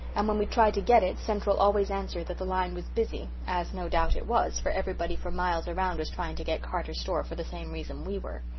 and when we tried to get it central always answered that the line was busy' as no doubt it was, for everybody for miles around was trying to get carter's store for the same reason we were.